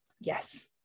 yes